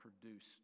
produced